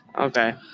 Okay